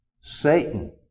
Satan